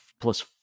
plus